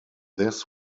this